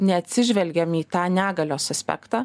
neatsižvelgiam į tą negalios aspektą